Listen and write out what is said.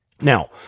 Now